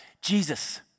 Jesus